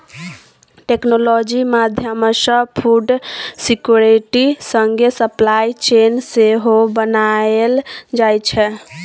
technology माध्यमसँ food security संगे supply chain सेहो बनाएल जाइ छै